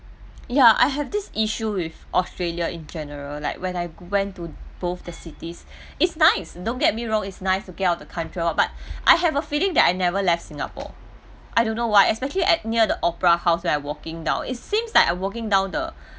ya I have this issue with australia in general like when I went to both the cities is nice don't get me wrong is nice to get out of the country or what but I have the feeling that I never left singapore I don't know why especially at near the opera house where I walking down it seems like I walking down the